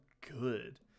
good